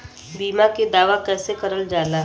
बीमा के दावा कैसे करल जाला?